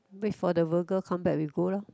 wait for the virgo come back we go lor